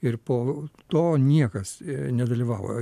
ir po to niekas nedalyvavo